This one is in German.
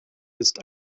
ist